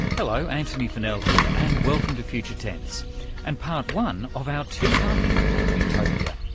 hello, antony funnell here, and welcome to future tense and part one of our two-part look at utopia.